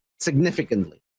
significantly